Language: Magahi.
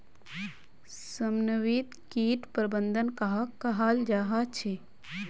समन्वित किट प्रबंधन कहाक कहाल जाहा झे?